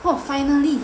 oh finally